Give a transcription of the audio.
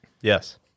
Yes